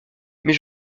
mais